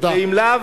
ואם לאו,